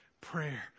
prayer